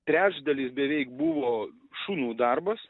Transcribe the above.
trečdalis beveik buvo šunų darbas